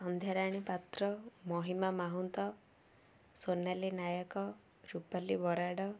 Sandhyarani Patra Mahima Mahunta Sonali Nayak Rupali Barad